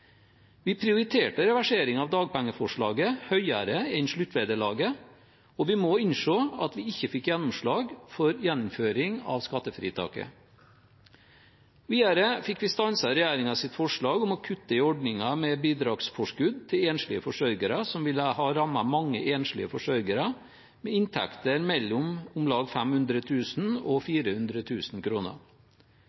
Vi prioriterte reverseringen av dagpengeforslaget høyere enn sluttvederlaget, og vi må innse at vi ikke fikk gjennomslag for gjeninnføring av skattefritaket. Videre fikk vi stanset regjeringens forslag om å kutte i ordningen med bidragsforskudd til enslige forsørgere, som ville ha rammet mange enslige forsørgere med inntekter mellom om lag 400 000 og